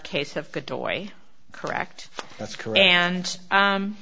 case of good boy correct that's correct and